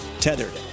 Tethered